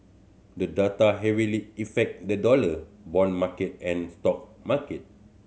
the data heavily effect the dollar bond market and stock market